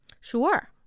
Sure